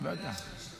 יודע שאני שקוף.